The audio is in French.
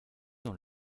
dans